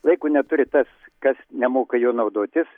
laiko neturi tas kas nemoka juo naudotis